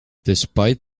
despite